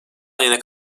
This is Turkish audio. ayına